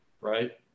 right